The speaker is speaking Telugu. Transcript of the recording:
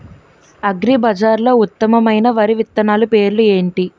అగ్రిబజార్లో ఉత్తమమైన వరి విత్తనాలు పేర్లు ఏంటి?